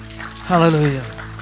Hallelujah